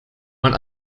man